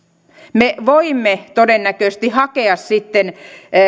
me voimme todennäköisesti hakea sitten